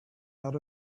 had